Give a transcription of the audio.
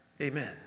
Amen